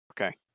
Okay